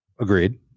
Agreed